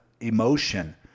emotion